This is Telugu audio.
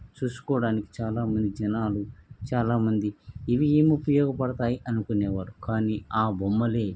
చూసుకోవడానికి చాలా మంది జనాలు చాలా మంది ఇవి ఏమి ఉపయోగపడతాయి అనుకునే వారు కానీ ఆ బొమ్మలు